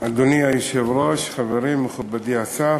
אדוני היושב-ראש, חברי מכובדי השר,